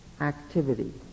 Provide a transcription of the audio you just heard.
activity